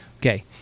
Okay